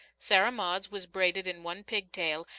sarah maud's was braided in one pig-tail,